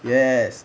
yes